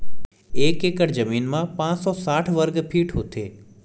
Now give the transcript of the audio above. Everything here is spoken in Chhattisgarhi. एक एकड़ जमीन मा पांच सौ साठ वर्ग फीट होथे